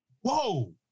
whoa